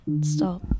Stop